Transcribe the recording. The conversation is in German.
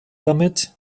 damit